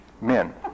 men